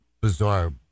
bizarre